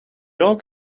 old